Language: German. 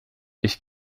ich